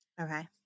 Okay